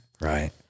Right